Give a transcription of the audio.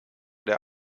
der